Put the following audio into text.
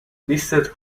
listed